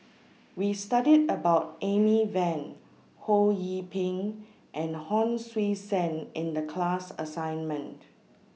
We studied about Amy Van Ho Yee Ping and Hon Sui Sen in The class assignment